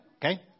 Okay